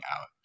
out